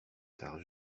tard